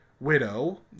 Widow